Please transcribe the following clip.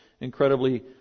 incredibly